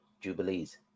Jubilees